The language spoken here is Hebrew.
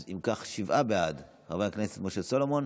אם כך, שבעה בעד, חבר הכנסת משה סלומון.